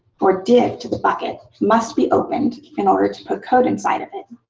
or div to the bucket must be opened in order to put code inside of it.